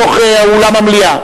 בתוך אולם המליאה.